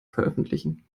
veröffentlichen